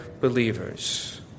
believers